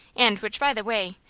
and which, by the way,